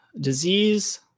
disease